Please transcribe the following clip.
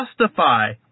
justify